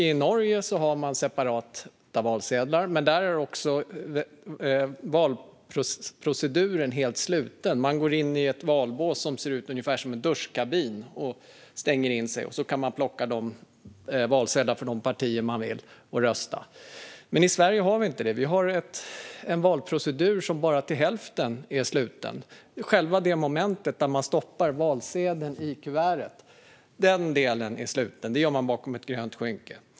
I Norge har man separata valsedlar, men där är också valproceduren helt sluten. Man går in i ett valbås som ser ut ungefär som en duschkabin och stänger in sig. Sedan kan man plocka valsedlar för de partier man vill rösta på och rösta. I Sverige har vi inte det. Vi har en valprocedur som bara till hälften är sluten. Själva momentet där man stoppar valsedeln i kuvertet är slutet; det gör man bakom ett grönt skynke.